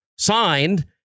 Signed